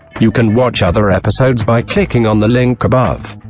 you can watch other episodes by clicking on the link above.